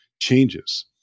changes